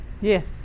Yes